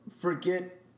forget